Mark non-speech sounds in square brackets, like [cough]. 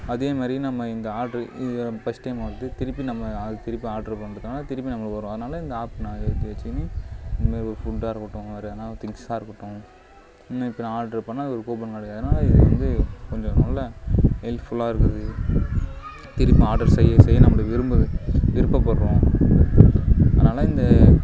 அதே மாதிரி நம்ம இந்த ஆர்டரு [unintelligible] ஃபஸ்ட்டு டைம் வருது திருப்பி நம்ம அதை திருப்பி ஆர்டரு பண்ணுறதுனால திருப்பி நம்மளுக்கு வரும் அதனால் இந்த ஆப் நான் ஏற்றி வச்சிக்கன்னு இது மாரி ஒரு ஃபுட்டாக இருக்கட்டும் ஒரு எதுனா ஒரு திங்ஸாக இருக்கட்டும் [unintelligible] இப்போ ஆர்டரு பண்ணிணா அதுக்கு ஒரு கூப்பன் கிடைக்கும் அதனால் இது வந்து கொஞ்சம் நல்ல ஹெல்ப்ஃபுல்லாக இருக்குது திருப்பி ஆர்டர் செய்ய செய்ய நம்மளுக்கு விரும்புது விருப்பப்படுறோம் அதனால் இந்த